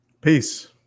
Peace